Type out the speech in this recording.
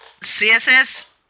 CSS